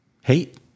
hate